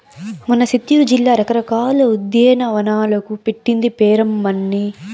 మన సిత్తూరు జిల్లా రకరకాల ఉద్యానవనాలకు పెట్టింది పేరమ్మన్నీ